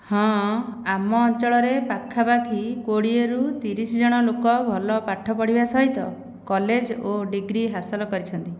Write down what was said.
ହଁ ଆମ ଅଞ୍ଚଳରେ ପାଖା ପାଖି କୋଡ଼ିଏରୁ ତିରିଶ ଜଣ ଲୋକ ଭଲ ପାଠ ପଢ଼ିବା ସହିତ କଲେଜ ଓ ଡିଗ୍ରୀ ହାସଲ କରିଛନ୍ତି